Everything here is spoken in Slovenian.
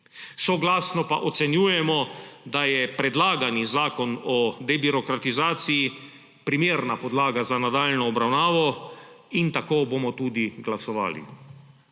Soglasno pa ocenjujemo, da je predlagani Predlog zakona o debirokratizaciji primerna podlaga za nadaljnjo obravnavo in tako bomo tudi glasovali.